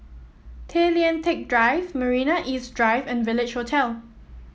Tay Lian Teck Drive Marina East Drive and Village Hotel